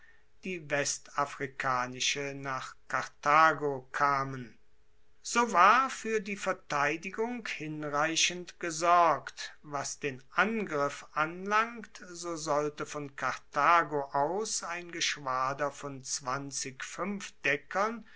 die westafrikanische nach karthago kamen so war fuer die verteidigung hinreichend gesorgt was den angriff anlangt so sollte von karthago aus ein geschwader von